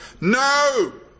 No